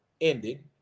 ending